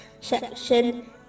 section